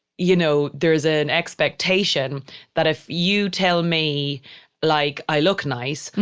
you know, there is an expectation that if you tell me like, i look nice.